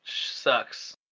sucks